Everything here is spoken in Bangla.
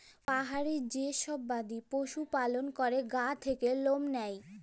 পাহাড়ি যে সব বাদি পশু লালল ক্যরে গা থাক্যে লম লেয়